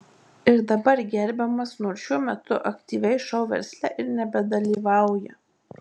ir dabar gerbiamas nors šiuo metu aktyviai šou versle ir nebedalyvauja